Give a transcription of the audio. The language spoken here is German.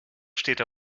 steht